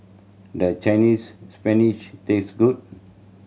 does Chinese Spinach taste good